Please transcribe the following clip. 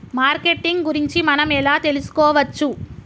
Marketing గురించి మనం ఎలా తెలుసుకోవచ్చు?